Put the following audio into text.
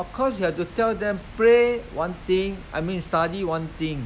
of course you have to tell them play one thing I mean study one thing